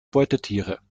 beutetiere